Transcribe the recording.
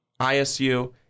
ISU